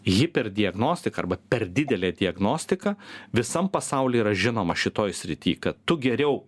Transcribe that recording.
hiperdiagnostika arba per didelė diagnostika visam pasauly yra žinoma šitoj srity kad tu geriau